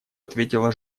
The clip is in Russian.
ответила